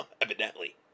evidently